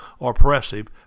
oppressive